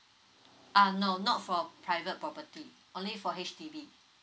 uh no not for private property only for H_D_B